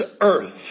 earth